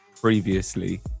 previously